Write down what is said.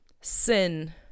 sin